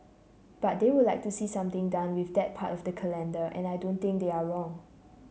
but they would like to see something done with that part of the calendar and I don't think they're wrong